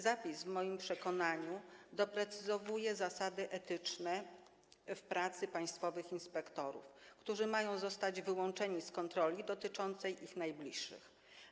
Zapis w moim przekonaniu doprecyzowuje zasady etyczne w pracy państwowych inspektorów, którzy mają zostać wyłączeni z kontroli dotyczącej ich najbliższych.